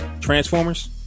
Transformers